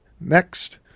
Next